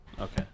Okay